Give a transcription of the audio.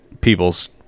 people's